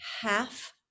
half